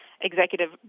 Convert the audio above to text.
executive